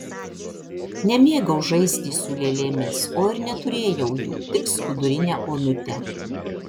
nemėgau žaisti su lėlėmis o ir neturėjau jų tik skudurinę onutę